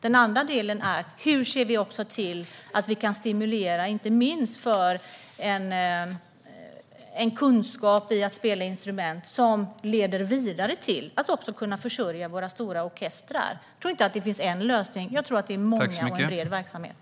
Den andra delen är: Hur ser vi till att vi kan stimulera inte minst kunskap i att spela instrument som leder vidare till att man också kan försörja våra stora orkestrar? Jag tror inte att det finns en lösning. Jag tror att det är många och att det är en bred verksamhet.